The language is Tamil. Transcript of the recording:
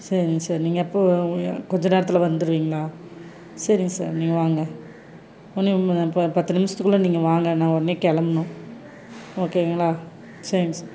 சரிங்க சார் நீங்கள் எப்போ கொஞ்ச நேரத்தில் வந்துருவீங்களா சரிங்க சார் நீங்கள் வாங்க இப்போ பத்து நிமிஷத்துக்கு உள்ளே நீங்கள் வாங்க நான் உடனே கிளம்பணும் ஓகேங்களா சரிங்க சார்